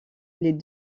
les